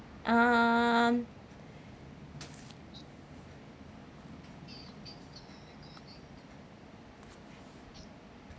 um